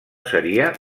seria